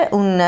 un